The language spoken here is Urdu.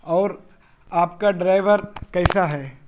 اور آپ کا ڈرائیور کیسا ہے